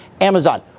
Amazon